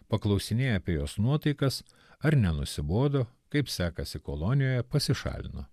paklausinėję apie jos nuotaikas ar nenusibodo kaip sekasi kolonijoje pasišalino